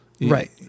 Right